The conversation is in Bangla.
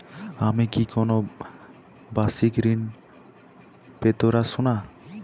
আমি কি কোন বাষিক ঋন পেতরাশুনা?